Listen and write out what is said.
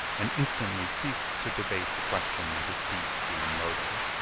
and instantly ceased to debate the question of his piece being loaded.